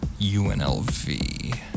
UNLV